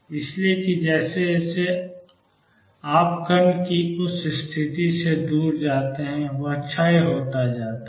इसलिए कि जैसे जैसे आप कण की उस स्थिति से दूर जाते हैं यह क्षय होता जाता है